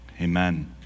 amen